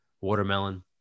Watermelon